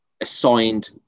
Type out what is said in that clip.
assigned